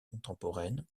contemporaines